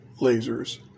lasers